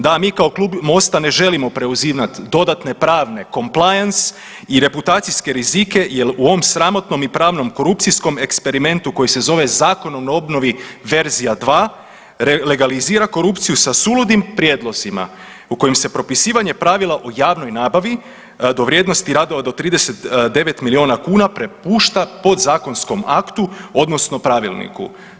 Da mi kao klub MOST-a ne želimo preuzimati dodatne pravne compean's i reputacijske rizike, jer u ovom sramotnom i pravnom korupcijskom eksperimentu koji se zove Zakon o obnovi verzija dva legalizira korupciju sa suludim prijedlozima u kojim se propisivanje pravila o javnoj nabavi do vrijednosti radova do 39 milijuna kuna prepušta podzakonskom aktu, odnosno pravilniku.